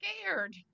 scared